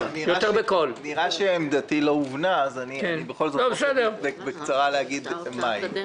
נראה שעמדתי לא הובנה אז בכל זאת אבקש להגיד אותה בקצרה.